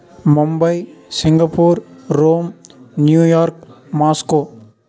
Mumbai Singapore Rome New York Moscow